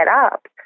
up